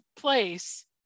place